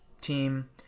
team